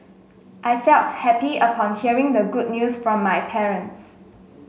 I felt happy upon hearing the good news from my parents